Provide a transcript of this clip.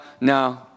No